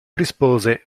rispose